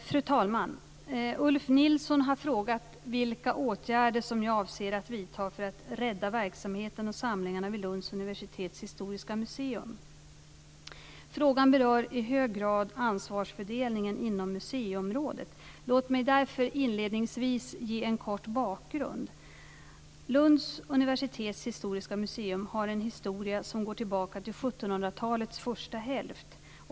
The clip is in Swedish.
Fru talman! Ulf Nilsson har frågat vilka åtgärder som jag avser att vidta för att rädda verksamheten och samlingarna vid Lunds universitets historiska museum. Frågan berör i hög grad ansvarsfördelningen inom museiområdet. Låt mig därför inledningsvis ge en kort bakgrund. Lunds universitets historiska museum har en historia som går tillbaka till 1700-talets första hälft.